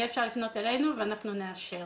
יהיה אפשר לפנות אלינו ואנחנו נאשר.